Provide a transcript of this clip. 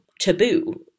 taboo